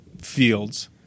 Fields